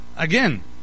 Again